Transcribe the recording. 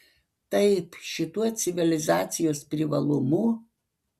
taip šituo civilizacijos privalumu